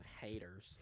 haters